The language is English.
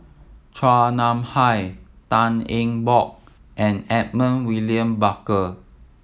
Chua Nam Hai Tan Eng Bock and Edmund William Barker